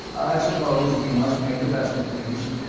i suppose we must make the best of things.